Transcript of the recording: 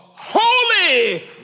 holy